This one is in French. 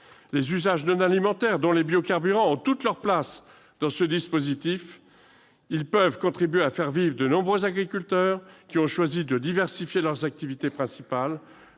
Les usages non alimentaires, dont les biocarburants, ont toute leur place dans ce dispositif. Ils peuvent contribuer à faire vivre de nombreux agriculteurs qui ont choisi de diversifier leur activité principale